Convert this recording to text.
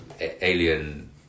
Alien